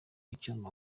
icyuma